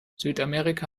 südamerika